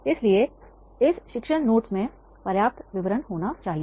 इसलिए इस शिक्षण नोट्स में पर्याप्त विवरण होना चाहिए